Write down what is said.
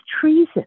treason